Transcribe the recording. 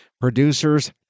producers